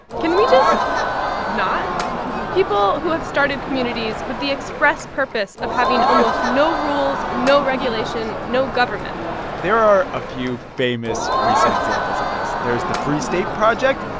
can we just not people who have started communities with the express purpose of having almost no rules, no regulation, no government there are a few famous recent examples of this. there's the free state project.